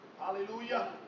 Hallelujah